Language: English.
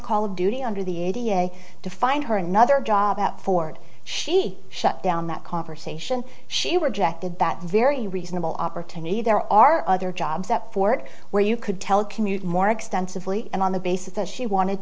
call of duty under the a da to find her another job at ford she shut down that conversation she were jacked at that very reasonable opportunity there are other jobs at fort where you could telecommute more extensively and on the basis that she wanted